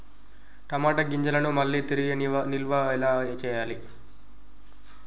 టమాట గింజలను మళ్ళీ తిరిగి నిల్వ ఎలా చేయాలి?